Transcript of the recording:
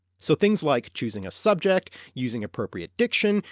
so things like choosing a subject, using appropriate diction,